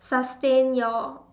sustain your